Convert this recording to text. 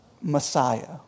Messiah